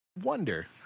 wonder